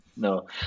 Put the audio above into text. No